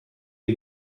che